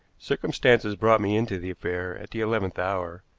circumstances brought me into the affair at the eleventh hour,